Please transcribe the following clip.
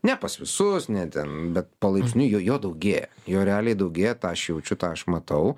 ne pas visus ne ten bet palaipsniui jo jo daugėja jo realiai daugėja tą aš jaučiu tą aš matau